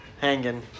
hanging